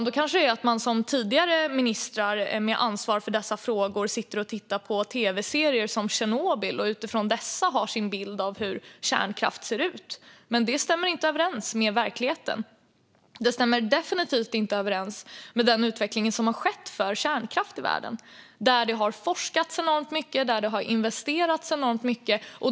Då kanske man, som tidigare ministrar med ansvar för dessa frågor, sitter och tittar på tv-serier som Chernobyl och utifrån dem har sin bild av hur kärnkraften ser ut. Men det stämmer inte överens med verkligheten. Det stämmer definitivt inte överens med den utveckling som har skett med kärnkraften i världen. Där har det forskats enormt mycket, och det har investerats enormt mycket.